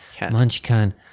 munchkin